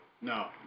No